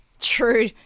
True